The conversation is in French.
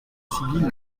sibylle